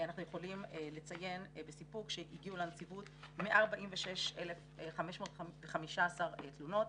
אנחנו יכולים לציין בסיפוק שהגיעו לנציבות 146,515 תלונות.